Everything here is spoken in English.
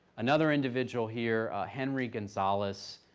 another individual here henry gonzales.